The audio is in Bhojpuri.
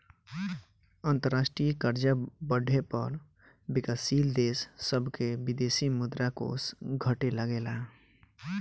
अंतरराष्ट्रीय कर्जा बढ़े पर विकाशील देश सभ के विदेशी मुद्रा कोष घटे लगेला